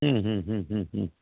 ಹ್ಞೂ ಹ್ಞೂ ಹ್ಞೂ ಹ್ಞೂ ಹ್ಞೂ